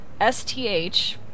STH